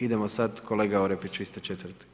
Idemo sad, kolega Orepić, vi ste 4.